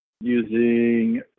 using